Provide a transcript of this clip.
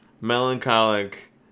Melancholic